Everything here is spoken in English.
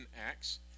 Acts